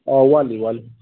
ꯑꯧ ꯋꯥꯠꯂꯤ ꯋꯥꯠꯂꯤ